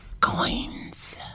Coins